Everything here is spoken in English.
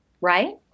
right